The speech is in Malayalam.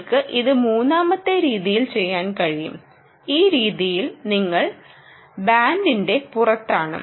നിങ്ങൾക്ക് ഇത് മൂന്നാമത്തെ രീതിയിൽ ചെയ്യാൻ കഴിയും ഈ രീതിയിൽ നിങ്ങൾ ബാൻഡിന്റെ പുറത്താണ്